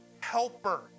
helper